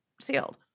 sealed